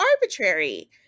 arbitrary